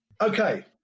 Okay